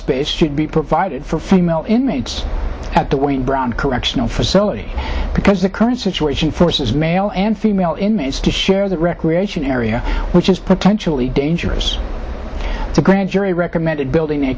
space should be provided for female inmates at the white brown correctional facility because the current situation forces male and female inmates to share the recreation area which is potentially dangerous to grand jury recommended building a